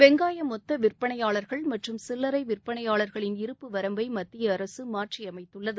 வெங்காய மொத்த விற்பனையாளர்கள் மற்றும் சில்லரை விற்பனையாளர்களின் இருப்பு வரம்பை மத்திய அரசு மாற்றியமைத்துள்ளது